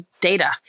data